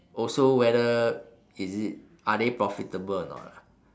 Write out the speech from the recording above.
also whether is it are they profitable or not lah